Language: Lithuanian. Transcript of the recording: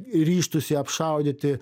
ryžtųsi apšaudyti